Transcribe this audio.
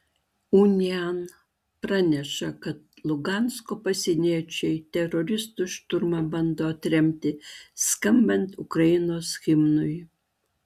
unian praneša kad lugansko pasieniečiai teroristų šturmą bando atremti skambant ukrainos himnui